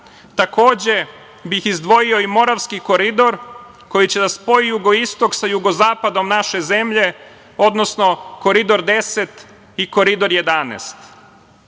Takođe bih izdvojio i Moravski koridor koji će da spoji jugoistok sa jugozapadom naše zemlje, odnosno Koridor 10 i Koridor 11.To